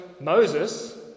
Moses